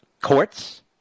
courts